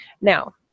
Now